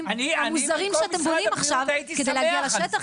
המוזרים שאתם בונים עכשיו כדי להגיע לשטח,